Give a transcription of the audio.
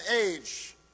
age